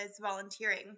volunteering